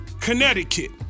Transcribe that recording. Connecticut